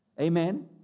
Amen